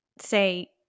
say